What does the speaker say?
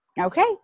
okay